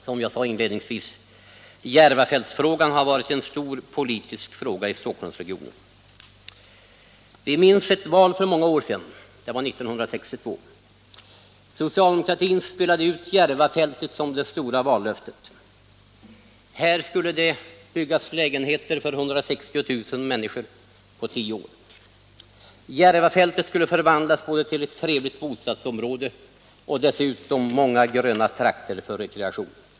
Som jag sade inledningsvis har Järvafältet varit en stor politisk fråga i Stockholmsregionen. Vi minns ett val för många år sedan, 1962, då socialdemokratin gjorde sitt utspel med Järvafältet som det stora vallöftet. Det skulle där byggas lägenheter för 160 000 människor på tio år. Järvafältet skulle förvandlas till ett trevligt bostadsområde och dessutom behålla många gröna trakter för rekreation.